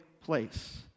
place